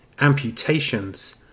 amputations